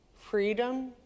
freedom